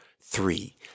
three